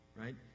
right